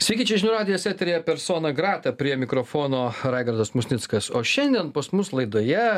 sveiki čia žinių radijas eteryje persona grata prie mikrofono raigardas musnickas o šiandien pas mus laidoje